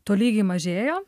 tolygiai mažėjo